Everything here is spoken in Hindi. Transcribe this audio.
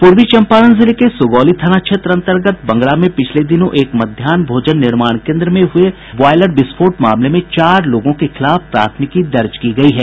पूर्वी चम्पारण जिले के सुगौली थाना क्षेत्र अन्तर्गत बंगरा में पिछले दिनों एक मध्याहन भोजन निर्माण केन्द्र में हुये बॉयलर विस्फोट मामले में चार लोगों के खिलाफ प्राथमिकी दर्ज की गयी है